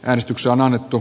äänestys on annettu